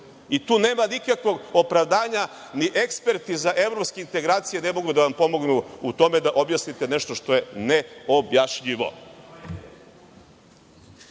Tu nema nikakvog opravdanja, ni eksperti za evropske integracije ne mogu da vam pomognu u tome da objasnite nešto što je neobjašnjivo. Imamo